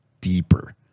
deeper